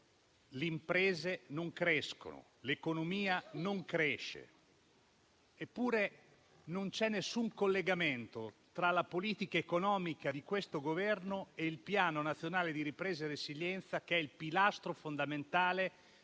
le imprese e l'economia non crescono. Eppure, non c'è alcun collegamento tra la politica economica di questo Governo e il Piano nazionale di ripresa e resilienza, che è il pilastro fondamentale